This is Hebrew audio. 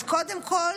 אז קודם כול,